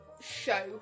show